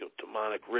Demonic